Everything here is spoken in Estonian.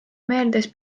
meeles